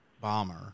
bomber